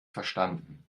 verstanden